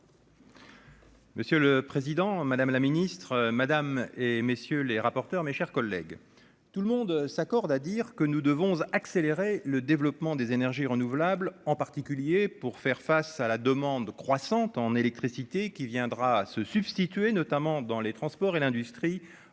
Monsieur le président, madame la ministre, Madame et messieurs les rapporteurs, mes chers collègues, tout le monde s'accorde à dire que nous devons accélérer le développement des énergies renouvelables, en particulier pour faire face à la demande croissante en électricité qui viendra se substituer, notamment dans les transports et l'industrie